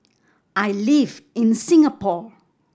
I live in Singapore